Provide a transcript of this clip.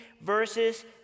verses